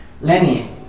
Lenny